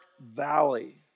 valley